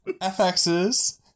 FXs